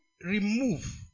remove